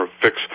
fix